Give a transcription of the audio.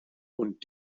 und